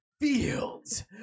fields